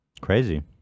Crazy